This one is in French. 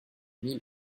mille